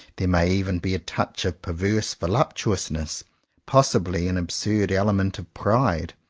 there may even be a touch of perverse voluptuousness possibly an absurd element of pride.